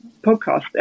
podcast